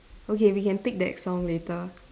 okay we can pick that song later